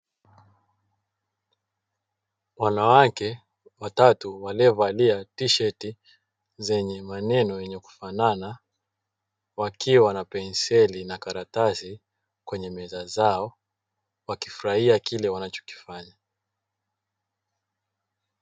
Wanawake watatu waliovalia tisheti zenye maneno yenye kufanana wakiwa na penseli na karatasi kwenye meza zao, wakifurahia kile wanachokifanya.